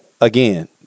again